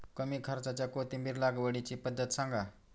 कमी खर्च्यात कोथिंबिर लागवडीची पद्धत सांगा